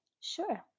Sure